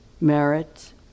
merit